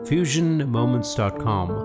FusionMoments.com